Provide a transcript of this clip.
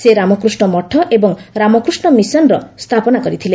ସେ ରାମକୃଷ୍ଣ ମଠ ଏବଂ ରାମକୃଷ୍ଣ ମିଶନର ସ୍ଥାପନା କରିଥିଲେ